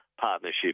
partnership